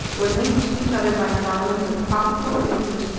were linked to each other by garlands of tropical creepers,